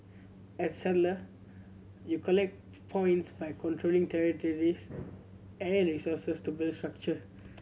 as settler you collect points by controlling territories and resources to build structure